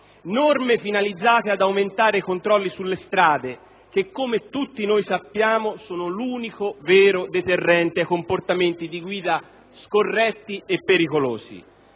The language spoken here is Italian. norme finalizzate ad aumentare i controlli sulle strade che, come tutti noi sappiamo, sono l'unico vero deterrente ai comportamenti di guida scorretti e pericolosi.